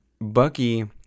Bucky